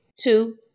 Two